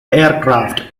aircraft